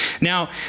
Now